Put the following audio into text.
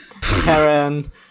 Karen